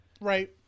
right